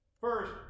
First